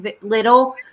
little